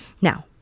Now